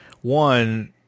One